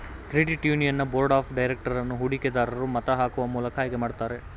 credit union board of director ಅನ್ನು ಹೂಡಿಕೆ ದರೂರು ಮತ ಹಾಕುವ ಮೂಲಕ ಆಯ್ಕೆ ಮಾಡುತ್ತಾರೆ